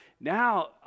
Now